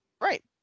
Right